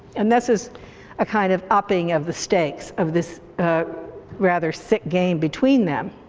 and this is a kind of upping of the stakes of this rather sick game between them.